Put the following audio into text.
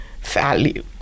value